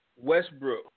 Westbrook